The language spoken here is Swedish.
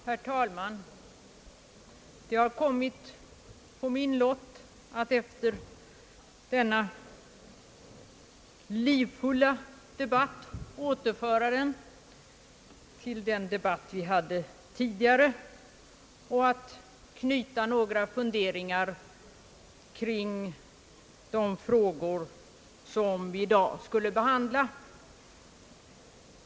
Herr talman! Det har kommit på min lott att efter denna livfulla diskussion återföra den till den debatt vi tidigare hade och att till den knyta några funderingar kring de frågor som vi i dag skulle behandla.